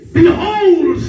behold